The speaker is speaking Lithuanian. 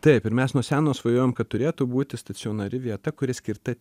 taip ir mes nuo seno svajojom kad turėtų būti stacionari vieta kuri skirta